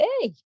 hey